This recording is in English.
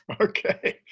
Okay